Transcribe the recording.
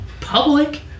public